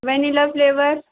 vanilla flavour